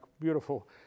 beautiful